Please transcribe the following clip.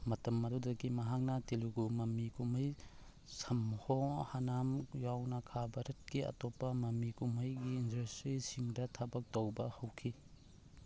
ꯃꯇꯝ ꯑꯗꯨꯗꯒꯤ ꯃꯍꯥꯛꯅ ꯇꯦꯂꯤꯒꯨ ꯃꯃꯤ ꯀꯨꯝꯍꯩ ꯁꯝꯃꯍꯣ ꯍꯅꯥꯝ ꯌꯥꯎꯅ ꯈꯥ ꯚꯥꯔꯠꯀꯤ ꯑꯇꯣꯞꯄ ꯃꯃꯤ ꯀꯨꯝꯍꯩꯒꯤ ꯏꯟꯗꯁꯇ꯭ꯔꯤ ꯁꯤꯡꯗ ꯊꯕꯛ ꯇꯧꯕ ꯍꯧꯈꯤ